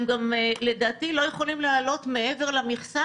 לדעתי הם גם לא יכולים להעלות מעבר למכסה,